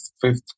fifth